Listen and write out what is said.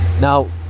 Now